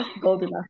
golden